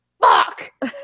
fuck